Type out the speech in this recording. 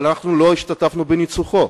אבל אנחנו לא השתתפנו בניסוחו.